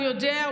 הוא יודע,